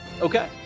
Okay